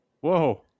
Whoa